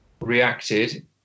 reacted